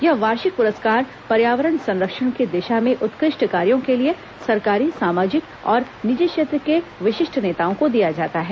यह वार्षिक पुरस्कार पर्यावरण संरक्षण की दिशा में उत्कृष्ट कार्यों के लिए सरकारी सामाजिक और निजी क्षेत्र के विशिष्ट नेताओं को दिया जाता है